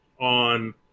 on